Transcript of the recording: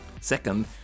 second